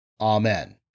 Amen